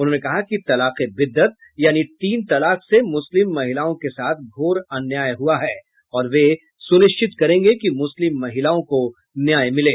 उन्होंने कहा कि तलाक ए बिद्दत यानी तीन तलाक से मुस्लिम महिलाओं के साथ घोर अन्याय हुआ है और वे सुनिश्चित करेंगे कि मुस्लिम महिलाओं को न्याय मिले